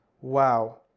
Wow